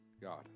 God